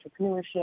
entrepreneurship